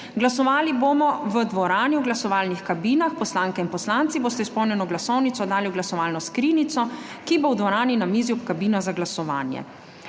Glasovali bomo v dvorani v glasovalnih kabinah. Poslanke in poslanci boste izpolnjeno glasovnico oddali v glasovalno skrinjico, ki bo v dvorani na mizi ob kabinah za glasovanje.